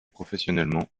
professionnellement